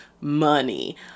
Money